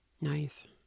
nice